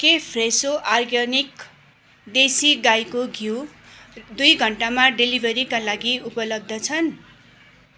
के Fresho organic देशी गाईको घिउ दुई घन्टामा डेलिभरीका लागि उपलब्ध छन्